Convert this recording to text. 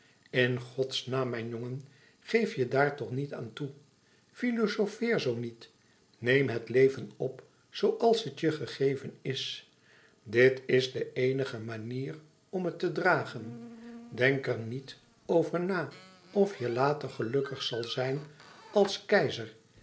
in godsnaam mijn jongen geef je daar toch niet aan toe filozofeer zoo niet neem het leven op zooals het je gegeven is dit is de eenige manier om het te dragen denk er niet over na of je later gelukkig zal zijn als keizer